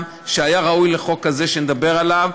שהיה ראוי לחוק הזה שנדבר עליו.